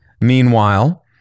Meanwhile